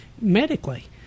medically